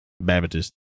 Baptist